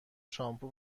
شامپو